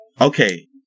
Okay